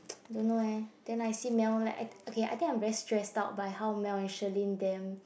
don't know eh then I see Mel like okay I think I'm very stressed out by how Mel and Shirlyn them